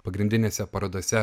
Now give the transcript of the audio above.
pagrindinėse parodose